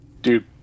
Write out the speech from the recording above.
Dude